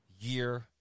year